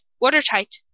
watertight